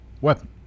weapon